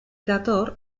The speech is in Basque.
dator